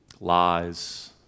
lies